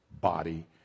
body